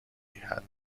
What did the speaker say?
had